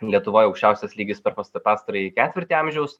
lietuvoj aukščiausias lygis per pasta pastarąjį ketvirtį amžiaus